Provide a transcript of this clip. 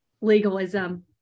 legalism